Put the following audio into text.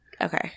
Okay